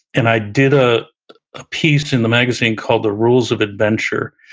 and i did a ah piece in the magazine called, the rules of adventure,